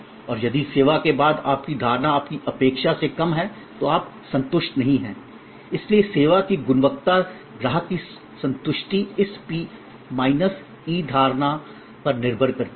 और यदि सेवा के बाद आपकी धारणा आपकी अपेक्षा से कम है तो आप संतुष्ट नहीं हैं इसलिए सेवा की गुणवत्ता ग्राहक संतुष्टि इस पी माइनस ई धारणा पर निर्भर करती है